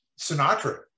Sinatra